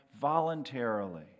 voluntarily